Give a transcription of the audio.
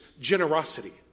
generosity